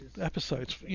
episodes